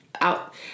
out